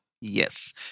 Yes